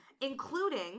including